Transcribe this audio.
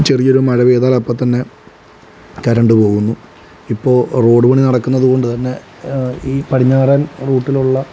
ചെറിയൊരു മഴ പെയ്താൽ അപ്പോൾ തന്നെ കറണ്ട് പോകുന്നു ഇപ്പോൾ റോഡ് പണി നടക്കുന്നതുകൊണ്ടുതന്നെ ഈ പടിഞ്ഞാറൻ റൂട്ടിലുള്ള